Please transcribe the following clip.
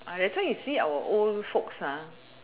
everytime you see our old folks